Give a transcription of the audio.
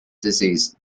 disease